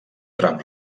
tram